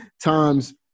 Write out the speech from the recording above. times